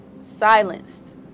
silenced